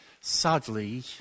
Sadly